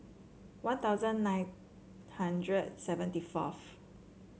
One Thousand nine hundred seventy forth